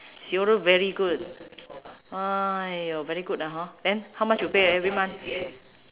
she also very good !aiyo! very good lah hor then how much you pay every month